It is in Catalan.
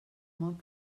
molt